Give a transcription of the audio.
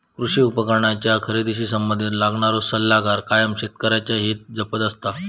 कृषी उपकरणांच्या खरेदीशी संबंधित असणारो सल्लागार कायम शेतकऱ्यांचा हित जपत असता